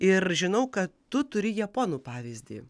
ir žinau kad tu turi japonų pavyzdį